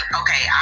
okay